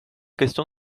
question